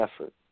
effort